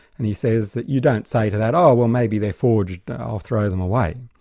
and he says that you don't say to that, oh, well maybe they're forged, i'll throw them away.